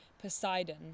Poseidon